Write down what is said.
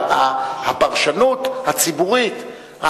הפרשנות הציבורית,